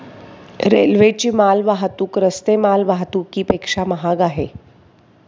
रेल्वेची माल वाहतूक रस्ते माल वाहतुकीपेक्षा महाग आहे